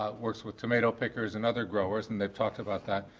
um works with tomato pickers and other growers and they've talked about that.